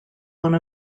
one